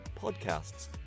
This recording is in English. podcasts